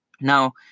Now